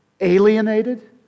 alienated